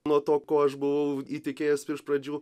nuo to kuo aš buvau įtikėjęs iš pradžių